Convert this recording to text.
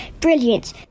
Brilliant